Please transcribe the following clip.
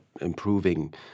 improving